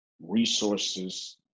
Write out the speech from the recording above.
resources